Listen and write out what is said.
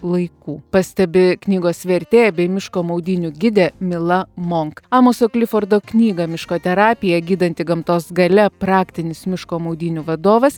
laikų pastebi knygos vertėja bei miško maudynių gidė mila monk amoso klifordo knyga miško terapija gydanti gamtos galia praktinis miško maudynių vadovas